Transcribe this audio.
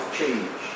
change